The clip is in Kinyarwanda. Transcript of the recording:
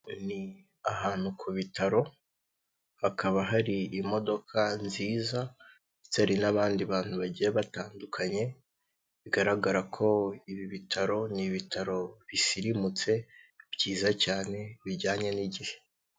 Ni ahantu ku bitaro, hakaba hari imodoka nziza, ndetse hari n'abandi bantu bagiye batandukanye, bigaragara ko ibi bitaro, ni ibitaro bisirimutse, byiza cyane, bijyanye n'igihe.